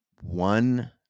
one